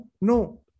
no